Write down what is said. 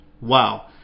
Wow